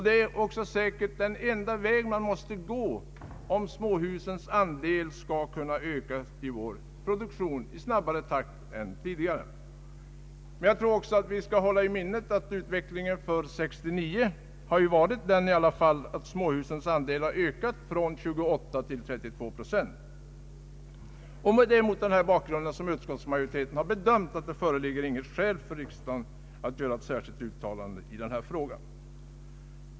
Det är säkert den enda väg man kan gå om småhusens andel i vår bostadsproduktion skall kunna öka i snabbare takt än tidigare. Vi måste dock hålla i minnet att andelen småhus steg från 28 procent år 1968 till 32 procent år 1969. Mot den här bakgrunden har utskottsmajoriteten bedömt att något skäl inte föreligger för ett uttalande från riksdagen i denna fråga.